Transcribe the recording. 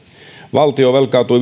valtio velkaantui